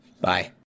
Bye